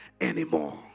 anymore